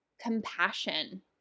compassion